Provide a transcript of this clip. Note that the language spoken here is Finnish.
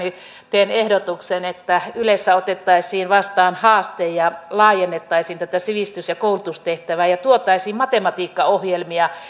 teen ehdotuksen että ylessä otettaisiin vastaan haaste ja laajennettaisiin tätä sivistys ja koulutustehtävää ja tuotaisiin matematiikkaohjelmia